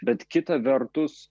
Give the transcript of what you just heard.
bet kita vertus